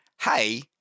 hey